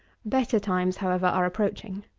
better times, however, are approaching.